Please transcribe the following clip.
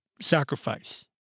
sacrifice